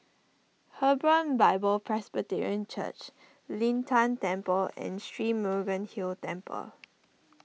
Hebron Bible Presbyterian Church Lin Tan Temple and Sri Murugan Hill Temple